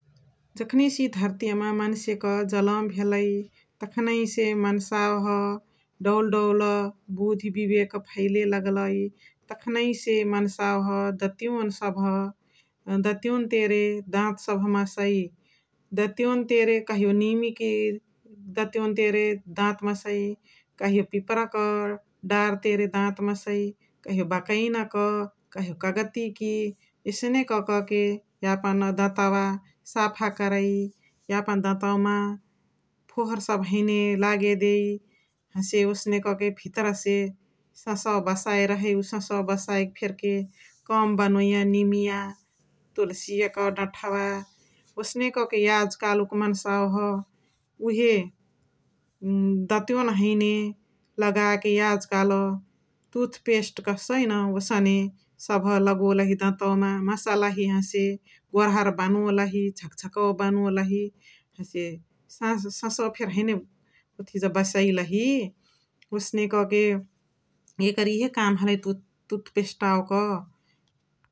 जखानइसे इय धर्तिय मा मनसेक जनम भेलइ तखनहिसे मन्सावह डौल डौल बुधी बिबेक फैले लगलाई । मन्साव सबह दतिवन तेरे दात सबह मसइ । दतिवनी तेरे कहियो निमिकी दतिवन तेने दात मसइ, कहियो पिपरक डार तेने दात मसइ । कहियो बकैना क, कहियो कागतीकी । एसने काकाके यापन दतवा साफा करइ । यापन दतवा मा फोहोर सबह लागे हैने देइ । हसे ओसने कके भितरा से ससवा बसाइ रहइ उ ससवा बसाइक फेरके कम बनोइय निमिया तुल्सियक डठवा । ओसने कके याजु कालुक मनसावा ह उहे दतिवन हैने लगाके याज काल तुथ पेस्ट कहसाइ न ओसने सबह लगोलही दतवमा मसलही हसे गोरहर बनोलही । झकझकौवा बनोलही । हसे ससवा फेरी ओथिजा हैने बसैलही । ओसने कके एकर इहे काम हलाई तुठ पेस्टावक ।